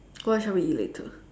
what shall we eat later